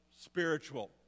spiritual